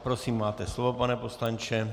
Prosím, máte slovo, pane poslanče.